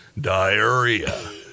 diarrhea